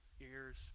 ears